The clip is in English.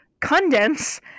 condense